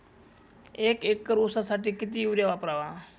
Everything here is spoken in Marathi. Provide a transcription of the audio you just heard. एक एकर ऊसासाठी किती युरिया वापरावा?